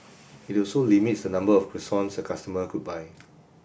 it also limits the number of croissants a customer could buy